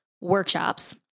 workshops